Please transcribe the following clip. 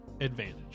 advantage